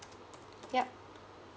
yup